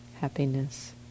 happiness